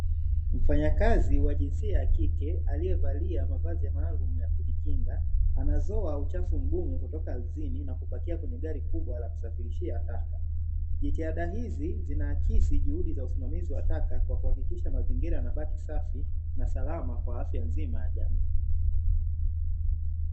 Mfanyakazi wa jinsia ya kike aliyevalia mavazi maalumu ya kujikinga, anazoa uchafu mgumu kutoka ardhini na kupakia kwenye gari kubwa la kusafirishia taka. Jitihada hizi zinaakisi juhudi za usimamizi wa taka kwa kuhakikisha mazingira yanabaki safi na salama kwa afya nzima ya jamii.